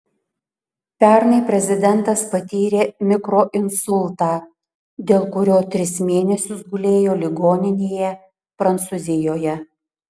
pernai prezidentas patyrė mikroinsultą dėl kurio tris mėnesius gulėjo ligoninėje prancūzijoje